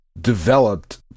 developed